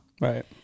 Right